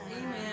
Amen